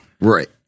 Right